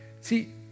See